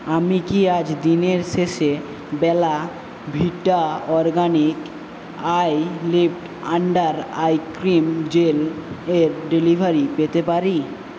আমি কি আজ দিনের শেষে Bella Vita Organic eye lift under eye cream gel এর ডেলিভারি পেতে পারি